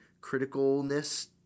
criticalness